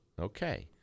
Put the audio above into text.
Okay